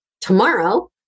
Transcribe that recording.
Tomorrow